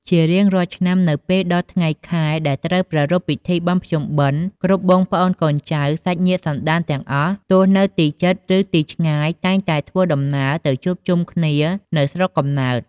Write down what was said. ជារៀងរាល់ឆ្នាំ នៅពេលដល់ថ្ងៃខែដែលត្រូវប្រារព្ធពិធីបុណ្យភ្ជុំបិណ្ឌ គ្រប់បងប្អូនកូនចៅ សាច់ញាតិសន្ដានទាំងអស់ ទោះនៅទីជិត ឬទីឆ្ងាយ តែងតែធ្វើដំណើរទៅជួបជុំគ្នានៅស្រុកកំណើត។